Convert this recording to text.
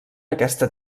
aquesta